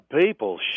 people